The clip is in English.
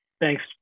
Thanks